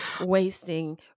Wasting